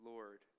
Lord